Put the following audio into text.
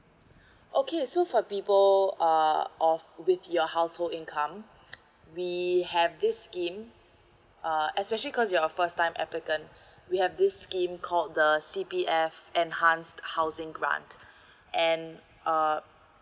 okay so for people so uh of with your household income we have this scheme uh especially cause you're a first time applicant we have this scheme called the C_P_F enhanced housing grant and uh